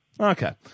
Okay